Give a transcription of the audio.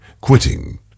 quitting